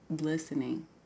listening